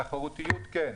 תחרותיות כן,